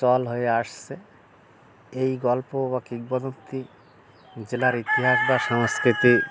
চল হয়ে আসছে এই গল্প বা কিংবদন্তী জেলার ইতিহাস বা সংস্কৃতি